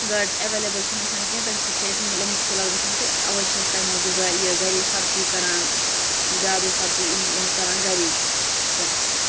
گاڑِ چھِ ایویلیبٕل چھِنہٕ آسان کینٛہہ تَمہِ سۭتۍ چھِ اَسہِ مطلب مُشکلات گژھان تہٕ اَوَے چھِ أسۍ تَمہِ موٗجوٗب یہِ گَرے سبزی کَران زیادَے سبزی کَران گَرے پرٛٮ۪فر